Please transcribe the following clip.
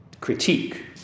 critique